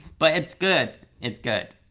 but it's good, it's good.